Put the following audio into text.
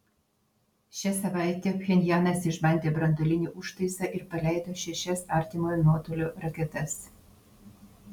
šią savaitę pchenjanas išbandė branduolinį užtaisą ir paleido šešias artimojo nuotolio raketas